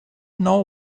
know